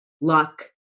luck